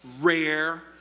rare